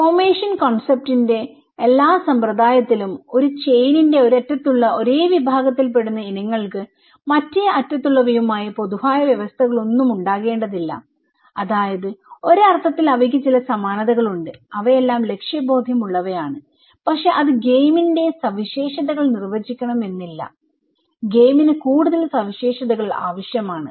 formation കോൺസെപ്റ്റിന്റെഎല്ലാ സമ്പ്രദായത്തിലും ഒരു ചെയിനിന്റെ ഒരറ്റത്തുള്ള ഒരേ വിഭാഗത്തിൽ പെടുന്ന ഇനങ്ങൾക്ക് മറ്റേ അറ്റത്തുള്ളവയുമായി പൊതുവായ വ്യവസ്ഥകളൊന്നും ഉണ്ടാകേണ്ടതില്ല അതായത് ഒരർത്ഥത്തിൽ അവയ്ക്ക് ചില സമാനതകൾ ഉണ്ട് അവയെല്ലാം ലക്ഷ്യബോധമുള്ളവയാണ് പക്ഷേ അത് ഗെയിമിന്റെ സവിശേഷതകൾ നിർവചിക്കണം എന്നില്ല ഗെയിമിന് കൂടുതൽ സവിശേഷതകൾ ആവശ്യമാണ്